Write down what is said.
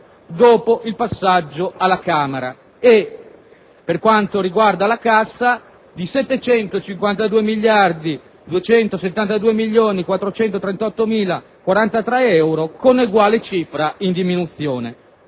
dopo il passaggio alla Camera e, per quanto riguarda la cassa, di 752.272.438.043 euro, con eguale cifra in diminuzione.